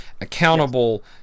accountable